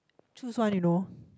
choose one you know